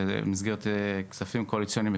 במסגרת כספים קואליציוניים,